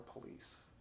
police